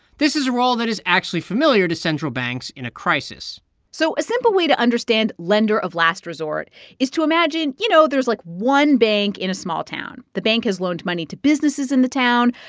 this is a role that is actually familiar to central banks in a crisis so a simple way to understand lender of last resort is to imagine, you know, there's, like, one bank in a small town. the bank has loaned money to businesses in the town,